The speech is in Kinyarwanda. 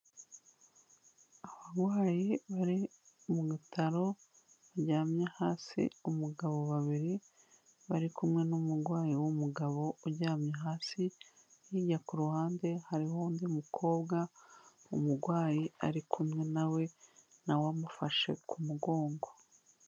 Abarwayi bari mu bitaro baryamye hasi, umugabo babiri bari kumwe n'umurwayi w'umugabo uryamye hasi, hirya ku ruhande hariho undi mukobwa umurwayi bari kumwe na we amufashe ku mugongo.